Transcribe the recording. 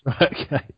Okay